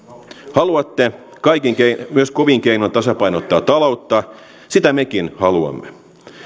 haluatte myös kovin keinoin tasapainottaa taloutta sitä mekin haluamme